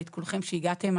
ואת כולכם שהגעתם.